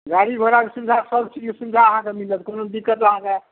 गाड़ी घोड़ाके सुविधा सबचीजके सुविधा अहाँके मिलत कोनो दिक्कत अहाँके